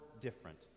different